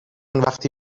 وقتی